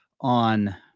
on